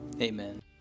Amen